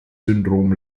syndrom